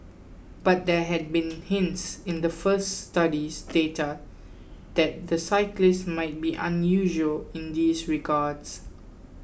but there had been hints in the first study's data that the cyclists might be unusual in these regards